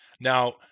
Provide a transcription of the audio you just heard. Now